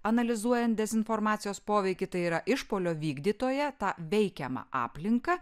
analizuojant dezinformacijos poveikį tai yra išpuolio vykdytoją tą veikiamą aplinką